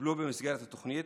וטופלו במסגרת התוכנית,